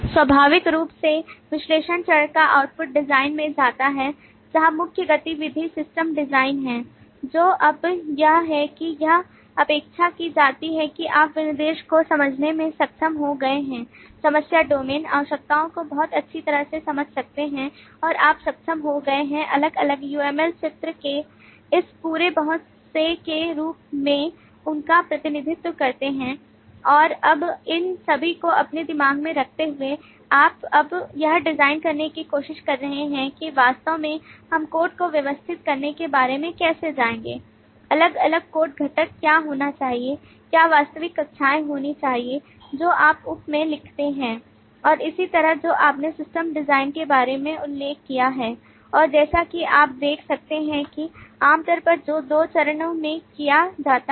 स्वाभाविक रूप से विश्लेषण चरण का output डिजाइन में जाता है जहां मुख्य गतिविधि सिस्टम डिज़ाइन है जो अब यह है कि यह अपेक्षा की जाती है कि आप विनिर्देशों को समझने में सक्षम हो गए हैं समस्या डोमेन आवश्यकताओं को बहुत अच्छी तरह से समझ सकते हैं और आप सक्षम हो गए हैं अलग अलग uml चित्र के इस पूरे बहुत से के रूप में उनका प्रतिनिधित्व करते हैं और अब इन सभी को अपने दिमाग में रखते हुए आप अब यह डिजाइन करने की कोशिश कर रहे हैं कि वास्तव में हम कोड को व्यवस्थित करने के बारे में कैसे जाएंगे अलग अलग कोड घटक क्या होना चाहिए क्या वास्तविक कक्षाएं होनी चाहिए जो आप ऊप में लिखते हैं और इसी तरह जो आपने सिस्टम डिज़ाइन के बारे में उल्लेख किया है और जैसा कि आप देख सकते हैं कि आमतौर पर 2 चरणों में किया जाता है